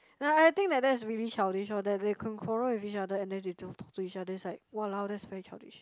like I think that that is really childish lor that they can quarrel with each other and then they don't talk to each other then is like !walao! that is very childish